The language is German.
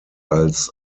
als